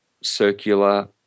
circular